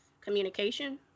communication